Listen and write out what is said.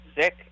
sick